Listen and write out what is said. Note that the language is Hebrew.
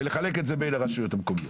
ולחלק את זה בין כל הרשויות המקומיות.